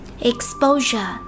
Exposure